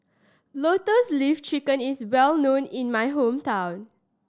Lotus Leaf Chicken is well known in my hometown